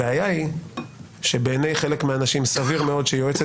הבעיה היא שבעיני חלק מהאנשים סביר מאוד שיועצת